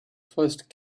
first